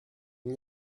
n’y